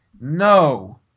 No